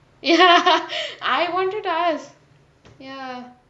ya I wanted to ask